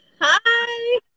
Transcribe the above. Hi